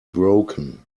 broken